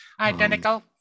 Identical